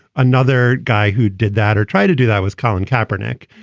another guy who did that or tried to do that was colin kaepernick.